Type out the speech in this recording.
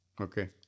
Okay